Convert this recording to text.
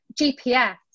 GPS